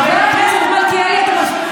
חבר הכנסת מלכיאלי, אתה מפריע.